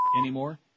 anymore